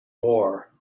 war